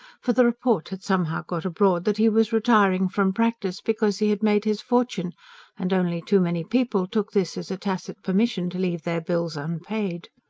for the report had somehow got abroad that he was retiring from practice because he had made his fortune and only too many people took this as a tacit permission to leave their bills unpaid.